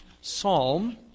Psalm